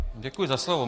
Děkuji za slovo.